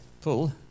pull